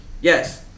Yes